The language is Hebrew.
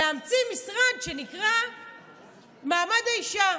להמציא משרד שנקרא "מעמד האישה".